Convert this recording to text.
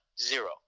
Zero